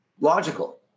Logical